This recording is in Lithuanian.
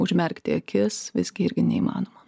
užmerkti akis visgi irgi neįmanoma